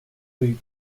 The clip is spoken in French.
rue